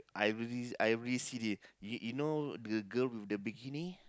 I I see the you you know the girl with the bikini